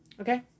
Okay